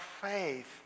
faith